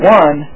one